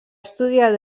estudiar